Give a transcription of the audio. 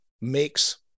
makes